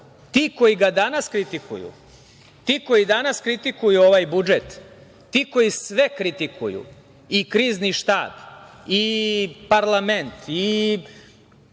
koji ga danas kritikuju, ti koji danas kritikuju ovaj budžet, ti koji sve kritikuju i Krizni štab i parlament, i